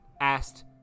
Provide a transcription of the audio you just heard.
asked